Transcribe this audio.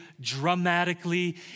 dramatically